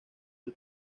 del